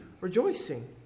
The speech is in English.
rejoicing